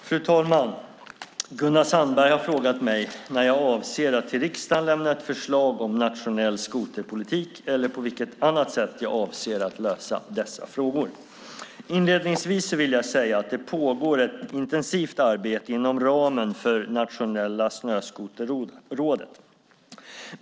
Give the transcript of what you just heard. Fru talman! Gunnar Sandberg har frågat mig när jag avser att till riksdagen lämna ett förslag om nationell skoterpolitik eller på vilket annat sätt jag avser att lösa dessa frågor. Inledningsvis vill jag säga att det pågår ett intensivt arbete inom ramen för Nationella Snöskoterrådet.